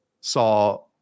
saw